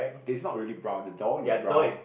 okay it's not really brown the door is brown